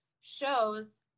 shows